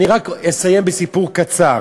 אני רק אסיים בסיפור קצר.